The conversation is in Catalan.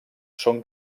són